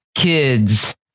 kids